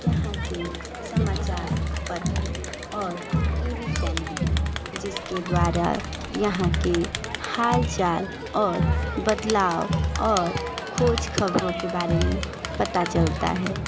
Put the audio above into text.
यहाँ के समाचार पत्र और टी वी चैनल है जिसके द्वारा यहाँ के हालचाल और बदलाव और खोज ख़बरों के बारे में पता चलता है